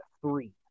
three